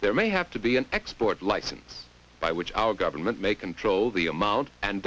there may have to be an export license by which our government may control the amount and